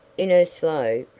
in her slow,